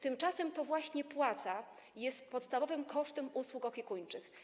Tymczasem to właśnie płaca jest podstawowym kosztem usług opiekuńczych.